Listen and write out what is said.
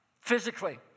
physically